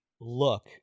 look